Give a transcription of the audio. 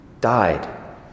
died